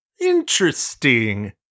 Interesting